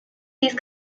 these